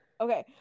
Okay